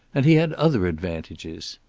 and he had other advantages.